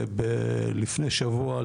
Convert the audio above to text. לפני שבוע,